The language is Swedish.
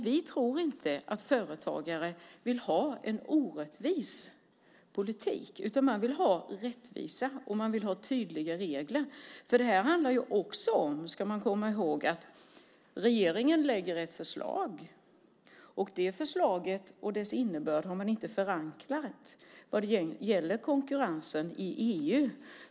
Vi tror inte att företagare vill ha en orättvis politik, utan man vill ha rättvisa och man vill ha tydliga regler. Man ska komma ihåg att det handlar om att regeringen lägger fram ett förslag. Det förslaget och dess innebörd har man inte förankrat vad gäller konkurrensen i EU.